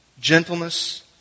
gentleness